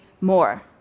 more